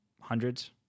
hundreds